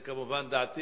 זו כמובן דעתי,